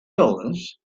dollars